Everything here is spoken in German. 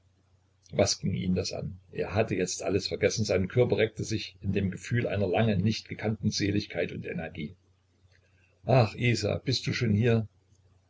was ging ihn das an er hatte jetzt alles vergessen sein körper reckte sich in dem gefühl einer lange nicht gekannten seligkeit und energie ach isa bist du schon hier